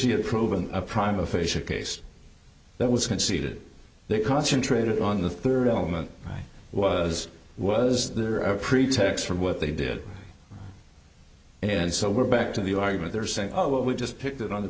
had proven a prime aphasia case that was conceded they concentrated on the third element was was there a pretext for what they did and so we're back to the argument they're saying oh well we just picked it on the